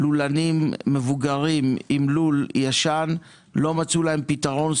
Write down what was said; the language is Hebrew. לולנים מבוגרים עם לול ישן, לא מצאו להם פתרון.